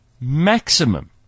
maximum